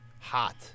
hot